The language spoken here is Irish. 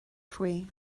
faoi